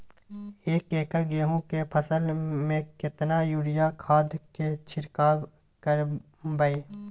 एक एकर गेहूँ के फसल में केतना यूरिया खाद के छिरकाव करबैई?